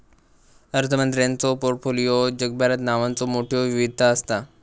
अर्थमंत्र्यांच्यो पोर्टफोलिओत जगभरात नावांचो मोठयो विविधता असता